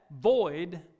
void